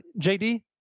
JD